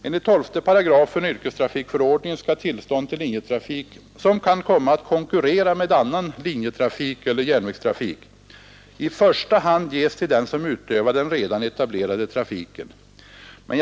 Enligt 12 § yrkestrafikförordningen skall tillstånd till linjetrafik, som kan komma att konkurrera med annan linjetrafik eller järnvägstrafik, i första hand ges till den som utövar den redan etablerade trafiken.